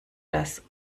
das